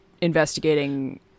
investigating